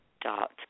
dot